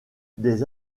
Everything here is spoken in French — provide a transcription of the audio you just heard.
des